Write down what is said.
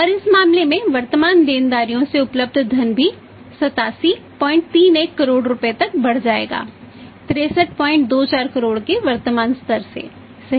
और इस मामले में वर्तमान देनदारियों से उपलब्ध धन भी 8731 करोड़ रुपये तक बढ़ जाएगा 6324 करोड़ के वर्तमान स्तर से सही